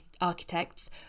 architects